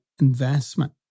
investment